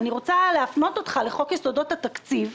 ואני רוצה להפנות אותך לחוק יסודות התקציב,